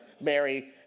Mary